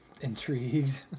intrigued